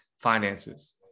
finances